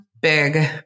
big